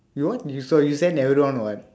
your one you you send everyone what